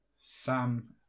Sam